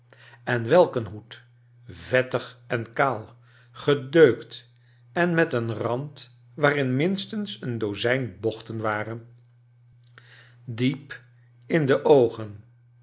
en welk een hoed vettig en kaal gedeukt en met een rand waarin minstens een dozijn bochten waren diep in de oogen